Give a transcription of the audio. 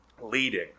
leading